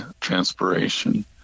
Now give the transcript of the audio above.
transpiration